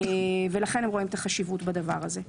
ולכן הם רואים את החשיבות בדבר הזה.